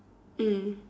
mm